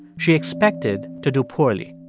she expected to do poorly.